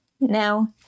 Now